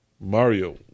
Mario